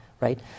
Right